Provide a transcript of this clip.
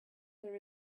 there